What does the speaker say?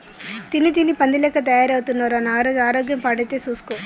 తిని తిని పంది లెక్క తయారైతున్నవ్ రా నాగరాజు ఆరోగ్యం పాడైతది చూస్కో